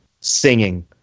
Singing